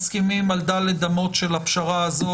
אנחנו מסכימים על ד' אמות של הפשרה הזאת,